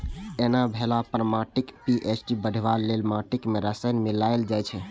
एना भेला पर माटिक पी.एच बढ़ेबा लेल माटि मे रसायन मिलाएल जाइ छै